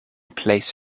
plays